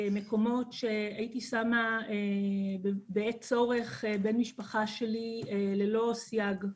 מקומות שהייתי שמה בעת צורך בן משפחה שלי ללא סייג.